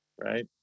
Right